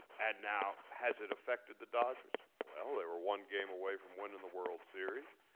and now, has it affected the dodgers? well, they were one game away from winning the world series.